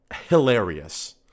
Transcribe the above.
hilarious